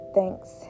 Thanks